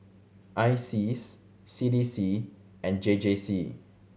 ISEAS C D C and J J C